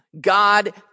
God